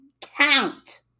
count